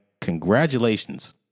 Congratulations